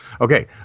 Okay